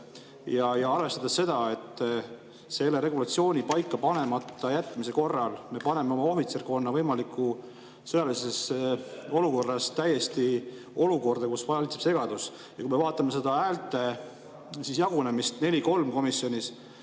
ja arvestada seda, et selle regulatsiooni paika panemata jätmise korral me paneme oma ohvitserkonna võimalikus sõjalises olukorras olukorda, kus valitseb segadus? Ja kui me vaatame häälte jagunemist 4 : 3, siis